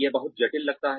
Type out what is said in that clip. यह बहुत जटिल लगता है